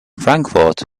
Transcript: frankfort